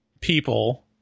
people